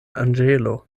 anĝelo